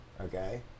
Okay